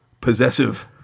possessive